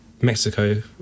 Mexico